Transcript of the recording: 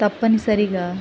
తప్పనిసరిగా